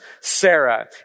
Sarah